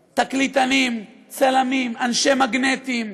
תקליטנים, צלמים, אנשי מגנטים,